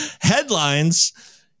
headlines